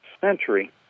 century